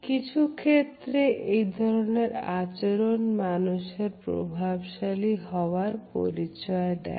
কিছু ক্ষেত্রে এই ধরনের আচরণ মানুষের প্রভাবশালী হওয়ার পরিচয় দেয়